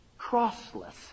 crossless